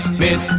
miss